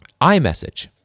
iMessage